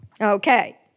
Okay